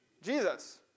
Jesus